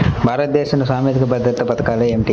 భారతదేశంలో సామాజిక భద్రతా పథకాలు ఏమిటీ?